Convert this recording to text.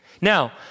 Now